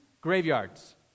graveyards